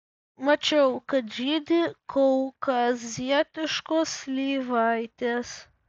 mačiau kad žydi kaukazietiškos slyvaitės